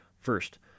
First